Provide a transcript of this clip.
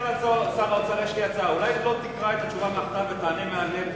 יש לי הצעה: אולי לא תקרא את התשובה מהכתב ותענה מהלב?